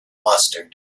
mustard